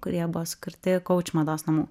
kurie buvo sukurti kauč mados namų